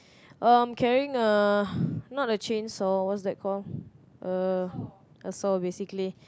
um carrying a not a chainsaw what's that called a a saw basically